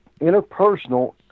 interpersonal